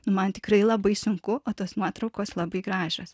man tikrai labai sunku o tos nuotraukos labai gražios